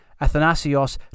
Athanasios